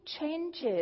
changes